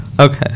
okay